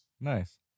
Nice